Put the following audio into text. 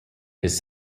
his